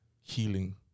healing